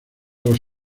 los